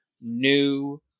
new